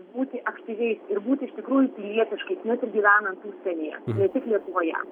būti aktyviais ir būti iš tikrųjų pilietiškais net ir gyvenant užsienyje ne tik lietuvoje